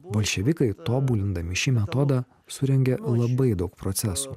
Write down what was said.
bolševikai tobulindami šį metodą surengė labai daug procesų